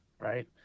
right